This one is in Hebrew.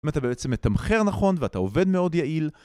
אם אתה בעצם מתמחר נכון ואתה עובד מאוד יעיל